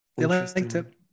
Interesting